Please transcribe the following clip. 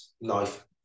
life